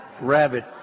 rabbit